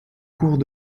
court